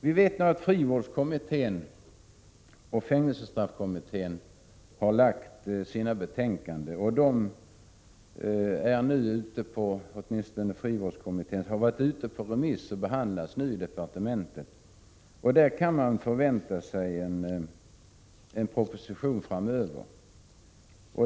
Vi vet att frivårdskommittén och fängelsestraffkommittén har lagt fram sina betänkanden. Åtminstone frivårdskommitténs betänkande har varit ute på remiss och behandlas nu av departementet. En proposition med anledning av betänkandet kan förväntas framöver.